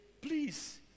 Please